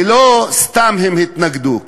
ולא סתם הם התנגדו.